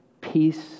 peace